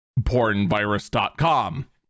pornvirus.com